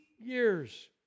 years